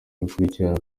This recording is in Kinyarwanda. bikurikirana